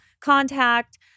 contact